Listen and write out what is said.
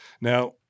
Now